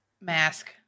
mask